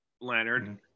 Leonard